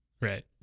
Right